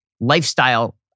lifestyle